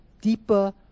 deeper